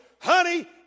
honey